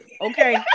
okay